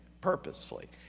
purposefully